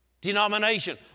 Denomination